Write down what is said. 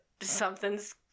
Something's